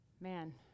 Man